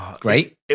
Great